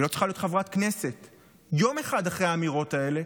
היא לא צריכה להיות חברת כנסת יום אחרי האמירות האלה.